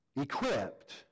equipped